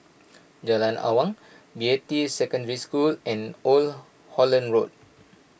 Jalan Awang Beatty Secondary School and Old Holland Road